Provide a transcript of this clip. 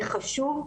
זה חשוב.